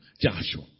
Joshua